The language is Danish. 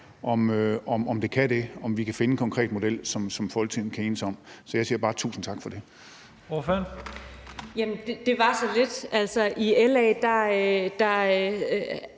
om det kan det, og om vi kan finde en konkret model, som Folketinget kan enes om. Så jeg siger bare tusind tak for det.